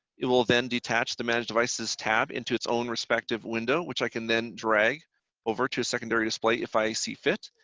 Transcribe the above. it will then detach the manage devices tab into its own respective window, which i can then drag over to a secondary display if i see fit.